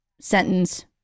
sentence